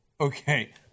Okay